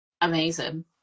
amazing